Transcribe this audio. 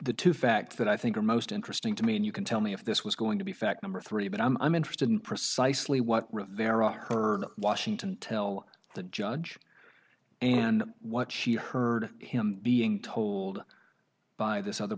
the two fact that i think are most interesting to me and you can tell me if this was going to be fact number three but i'm interested in precisely what rivera heard washington tell the judge and what she heard him being told by this other